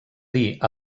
dir